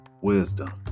wisdom